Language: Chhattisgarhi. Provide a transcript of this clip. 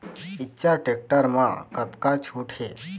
इच्चर टेक्टर म कतका छूट हे?